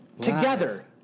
together